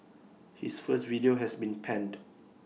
his first video has been panned